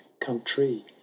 country